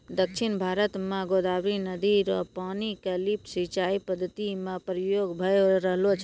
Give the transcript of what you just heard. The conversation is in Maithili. दक्षिण भारत म गोदावरी नदी र पानी क लिफ्ट सिंचाई पद्धति म प्रयोग भय रहलो छै